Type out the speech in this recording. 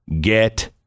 get